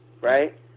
right